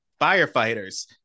firefighters